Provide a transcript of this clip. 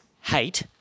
hate